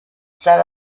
set